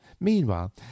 meanwhile